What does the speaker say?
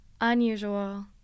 unusual